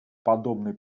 подобный